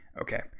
Okay